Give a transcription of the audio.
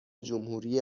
جمهوری